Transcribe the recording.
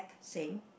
same